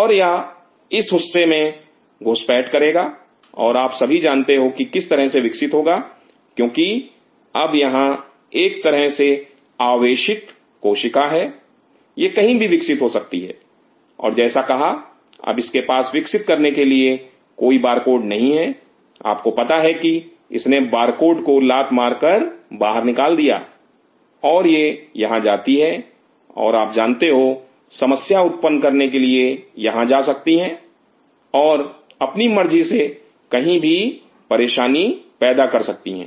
और यह इस हिस्से में घुसपैठ करेगा और आप जानते हो किस तरह से विकसित होगा क्योंकि अब यहां एक तरह से आवेशित कोशिका है यह कहीं भी विकसित हो सकती है और जैसा कहा अब इसके पास विकसित करने के लिए कोई बारकोड नहीं है आपको पता है कि इसने बारकोड को लात मारकर बाहर निकाल दिया और यह यहां जाती है और आप जानते हो समस्या उत्पन्न करने के लिए यहां जा सकती हैं और अपनी मर्जी से कहीं भी परेशानी पैदा कर सकती है